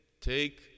take